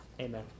amen